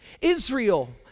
Israel